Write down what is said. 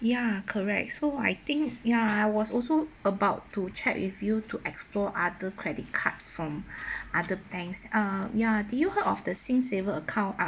ya correct so I think ya I was also about to chat with you to explore other credit cards from other banks ah ya did you heard of the SingSaver account ah